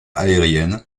aérienne